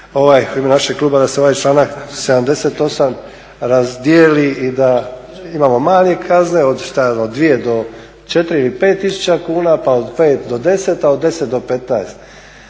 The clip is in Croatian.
u ime kluba da se ovaj članak 78.razdijeli i da imamo manje kazne od 2 ili od 4, 5 tisuća kuna pa od 5 do 10, a od 10 do 15